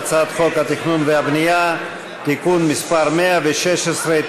הצעת חוק התכנון והבנייה (תיקון מס' 116),